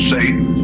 Satan